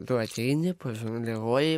tu ateini pažongliruoji